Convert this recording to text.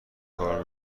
کار